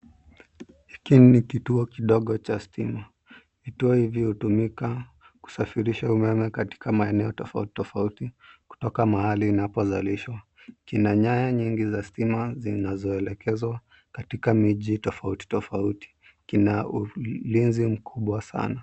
Hiki ni kituo kidogo cha stima. Vituo hivyo hutumika kusafirisha umeme katika maeneo tofauti kutoka mahali inapozalishwa. Kina nyaya nyingi za stima zinazoelekezwa katika miji tofauti tofauti. Kina ulinzi mkubwa sana.